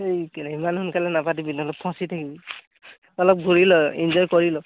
সেই কেনে ইমান সোনকালে নাপাতিবি অলপ ফচি থাকিবি অলপ ঘূৰি ল এনজয় কৰি ল